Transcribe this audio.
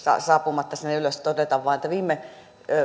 saapumatta sinne ylös todeta vain että viime